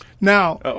Now